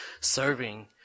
serving